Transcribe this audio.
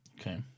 Okay